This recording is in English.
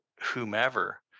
whomever